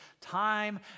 time